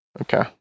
Okay